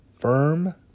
firm